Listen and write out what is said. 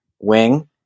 wing